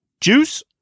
Juice